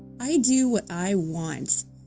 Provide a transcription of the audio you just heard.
i do what i want.